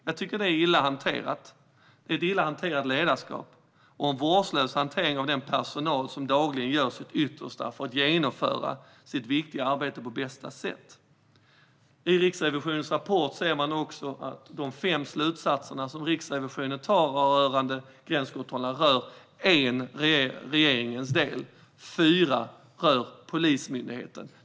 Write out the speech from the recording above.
Jag tycker att detta är ett illa hanterat ledarskap och en vårdslös hantering av den personal som dagligen gör sitt yttersta för att genomföra sitt viktiga arbete på bästa sätt. I Riksrevisionens rapport säger man också att av de fem slutsatser som Riksrevisionen drar rörande gränskontrollerna är det en som gäller regeringens del, medan fyra rör Polismyndigheten.